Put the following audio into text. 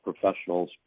professionals